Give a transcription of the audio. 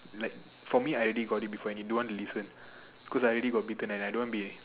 like for me I already got it before and you don't want to listen cause I already got bitten and I don't want to be